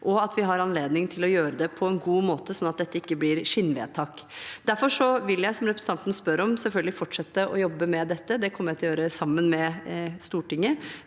og anledning til å gjøre det på en god måte, sånn at dette ikke blir skinnvedtak. Derfor vil jeg, som representanten spør om, selvfølgelig fortsette å jobbe med dette. Det kommer jeg til å gjøre sammen med Stortinget.